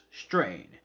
strain